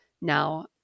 now